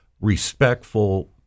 respectful